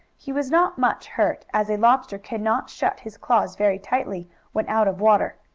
he was not much hurt, as a lobster can not shut his claws very tightly when out of water.